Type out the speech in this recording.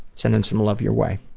sending some love your way.